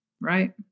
right